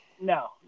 No